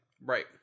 Right